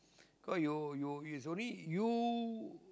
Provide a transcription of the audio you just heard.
cause you you it's only you